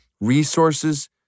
resources